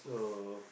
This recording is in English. so